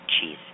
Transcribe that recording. cheese